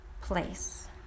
place